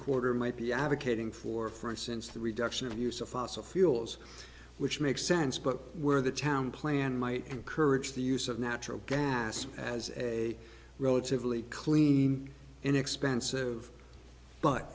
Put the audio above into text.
quarter might be advocating for for instance the reduction of use of fossil fuels which makes sense but where the town plan might encourage the use of natural gas as a relatively clean and expensive but